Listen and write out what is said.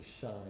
shine